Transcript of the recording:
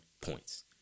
points